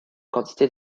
quantités